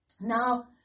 Now